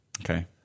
Okay